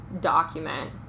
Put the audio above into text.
document